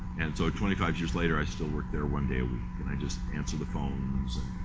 and so twenty five years later i still work there one day a week and i just answer the phones and